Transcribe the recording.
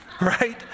right